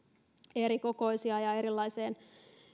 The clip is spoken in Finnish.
erikokoisia ja erilaiseen